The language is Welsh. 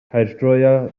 caerdroea